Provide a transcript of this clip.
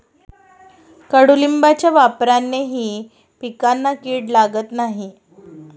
कडुलिंबाच्या वापरानेही पिकांना कीड लागत नाही